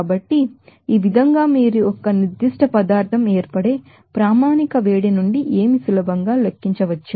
కాబట్టి ఈ విధంగా మీరు ఒక పర్టికులర్ సబ్స్టేన్స్ నిర్దిష్ట పదార్థం ఏర్పడే స్టాండర్డ్ హీట్ నుండి ఏమి సులభంగా లెక్కించవచ్చు